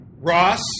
Ross